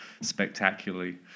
spectacularly